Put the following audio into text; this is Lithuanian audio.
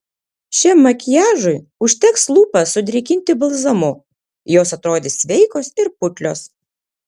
šiam makiažui užteks lūpas sudrėkinti balzamu jos atrodys sveikos ir putlios